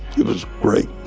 it was great